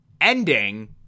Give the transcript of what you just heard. ending